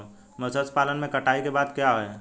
मत्स्य पालन में कटाई के बाद क्या है?